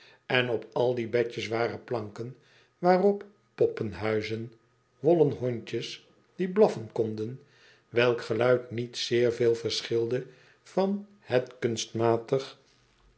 en op al die bedjes waren planken waarop poppenhuisjes wollen hondjes die blaffen konden welk geluid niet zeer veel verschilde van het kunstmatige